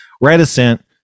reticent